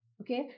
okay